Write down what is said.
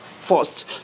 first